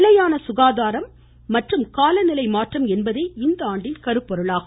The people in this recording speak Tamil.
நிலையான சுகாதாரம் மற்றும் காலநிலை மாற்றம் என்பதே இந்த ஆண்டின் கருப்பொருளாகும்